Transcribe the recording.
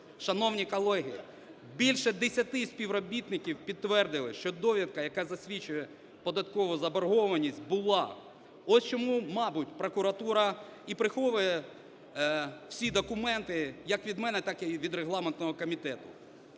Шановні колеги, більше десяти співробітників підтвердили, що довідка, яка засвідчує податкову заборгованість, була. Ось чому, мабуть, прокуратура і приховує всі документи як від мене, так і від регламентного комітету.